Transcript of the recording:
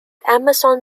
amazon